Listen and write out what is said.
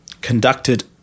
conducted